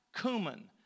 cumin